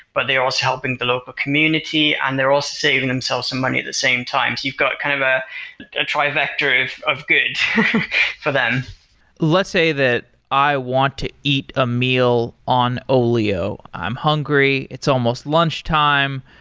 but they are also helping the local community and they're also saving themselves some money at the same time. you've got kind of a a tri-vector of of good for them let's say that i want to eat a meal on olio. i'm hungry, it's almost lunchtime,